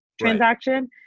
transaction